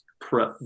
prep